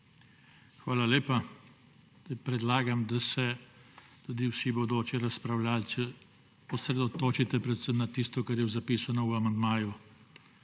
Hvala lepa. Predlagam, da se tudi vsi bodoči razpravljavci osredotočite predvsem na tisto, kar je zapisano v amandmaju.